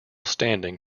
standing